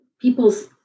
people's